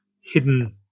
hidden